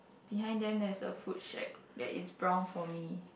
behind them there's a food shack that is brown for me